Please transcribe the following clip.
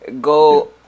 Go